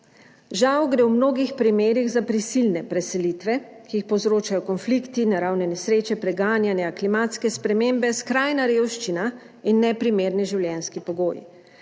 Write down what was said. Žal gre v mnogih primerih za prisilne preselitve, ki jih povzročajo konflikti, naravne nesreče, preganjanja, klimatske spremembe, skrajna revščina in neprimerni življenjski pogoji